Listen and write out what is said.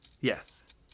Yes